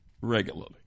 regularly